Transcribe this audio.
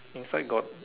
inside got